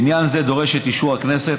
עניין זה דורש את אישור הכנסת,